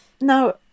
Now